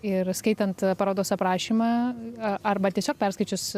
ir skaitant parodos aprašymą arba tiesiog perskaičius